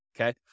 okay